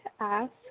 ask